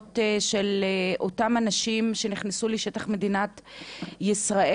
של אותם אנשים שנכנסו לשטח מדינת ישראל.